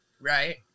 right